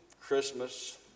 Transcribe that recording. Christmas